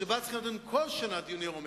שבה צריכים בכל שנה לקיים דיוני עומק,